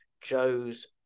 Joe's